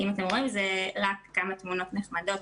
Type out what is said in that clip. אם אתם רואים, זה רק כמה תמונות נחמדות.